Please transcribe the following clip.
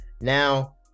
Now